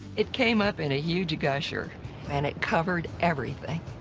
it came up in a huge gusher and it covered everything.